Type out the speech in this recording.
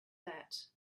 that